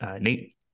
Nate